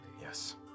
Yes